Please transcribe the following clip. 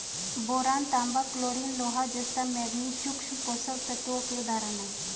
boron, तांबा, chlorine, लोहा, जस्ता, मैंगनीज सूक्ष्म पोषक तत्वों के उदाहरण हैं